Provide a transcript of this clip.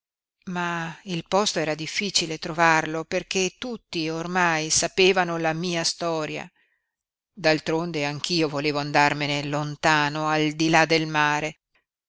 ma il posto era difficile trovarlo perché tutti ormai sapevano la mia storia d'altronde anch'io volevo andarmene lontano al di là del mare